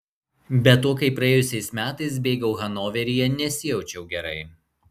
be to kai praėjusiais metais bėgau hanoveryje nesijaučiau gerai